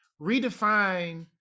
redefine